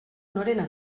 norena